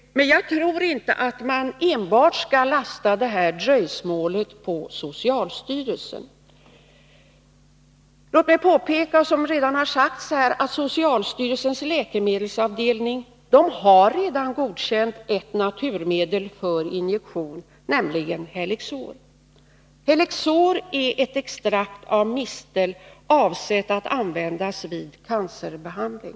Jag tror inte att man skall lasta enbart socialstyrelsen för det här dröjsmålet. Låt mig påpeka, som redan har sagts, att socialstyrelsens läkemedelsavdelning redan har godkänt ett naturmedel för injektion, nämligen Helixor. Det är ett extrakt av mistel, avsett att användas vid cancerbehandling.